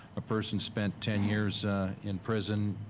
a person spent ten years in prison,